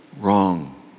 Wrong